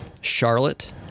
Charlotte